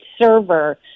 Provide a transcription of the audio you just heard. server